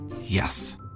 yes